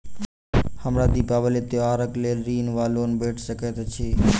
हमरा दिपावली त्योहारक लेल ऋण वा लोन भेट सकैत अछि?